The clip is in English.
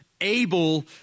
able